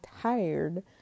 tired